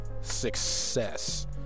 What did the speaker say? success